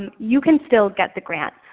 and you can still get the grant.